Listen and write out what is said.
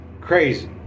crazy